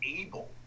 able